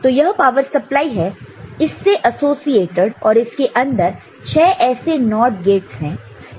तो यह power supply है इससे एसोसिएटेड और इसके अंदर 6 ऐसे NOT गेट्स है